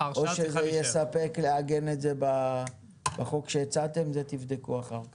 או שזה יספק לעגן את זה בחוק שהצעתם את זה תבדקו אחר כך.